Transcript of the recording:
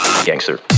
Gangster